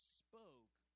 spoke